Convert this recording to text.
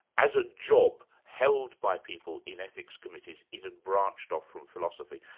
as a job, held by people in ethics committees it had branched off from philosophy.